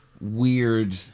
weird